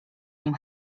nim